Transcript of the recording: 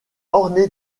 ornée